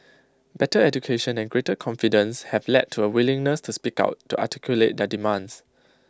better education and greater confidence have led to A willingness to speak out to articulate their demands